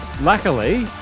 Luckily